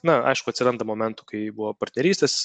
na aišku atsiranda momentų kai buvo partnerystės